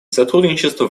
сотрудничества